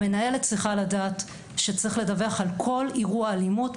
מנהלת צריכה לדעת שצריך לדווח על כל אירוע אלימות,